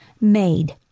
made